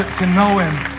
to know him.